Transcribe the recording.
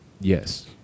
yes